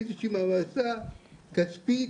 איזושהי מעמסה כספית,